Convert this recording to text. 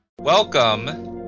Welcome